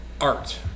art